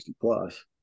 plus